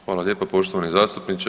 Hvala lijepo poštovani zastupniče.